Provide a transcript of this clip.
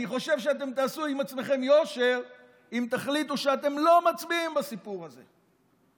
אני חושב שתעשו עם עצמכם יושר אם תחליטו שאתם לא מצביעים בסיפור הזה.